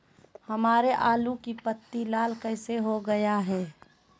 हमारे आलू की पत्ती लाल कैसे हो गया है?